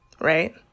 Right